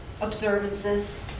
observances